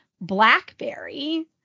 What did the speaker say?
Blackberry